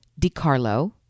DiCarlo